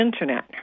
internet